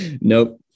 nope